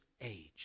age